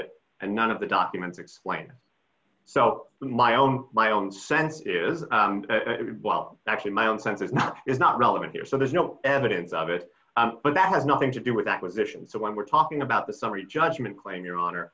it and none of the documents it's quite so my own my own sense is well actually my own sense that not is not relevant here so there's no evidence of it but that has nothing to do with acquisition so when we're talking about the summary judgment claim your honor